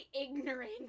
ignorant